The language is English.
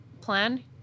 plan